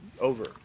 over